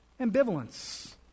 Ambivalence